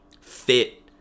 fit